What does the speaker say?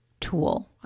tool